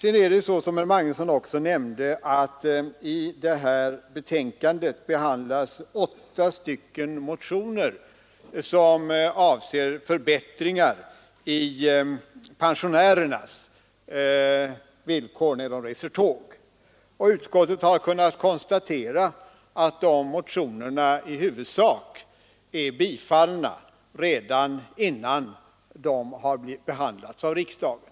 Som herr Magnusson också nämnde behandlas i betänkandet åtta motioner, som avser förbättringar i villkoren för pensionärernas tågresor. Utskottet har kunnat konstatera att de motionerna i huvudsak är tillgodosedda redan innan de har blivit behandlade av riksdagen.